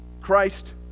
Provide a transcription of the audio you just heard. christ